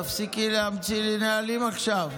תפסיקי להמציא לי נהלים עכשיו.